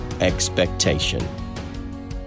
Expectation